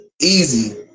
Easy